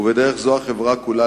ובדרך זו על החברה כולה.